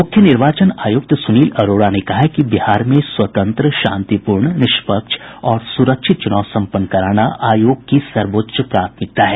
मुख्य निर्वाचन आयुक्त सुनील अरोड़ा ने कहा है कि बिहार में स्वतंत्र शांतिपूर्ण निष्पक्ष और सुरक्षित चुनाव सम्पन्न कराना आयोग की सर्वोच्च प्राथमिकता है